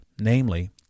namely